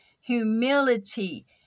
humility